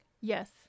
Yes